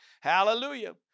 Hallelujah